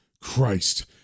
Christ